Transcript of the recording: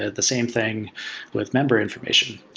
ah the same thing with member information.